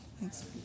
Thanks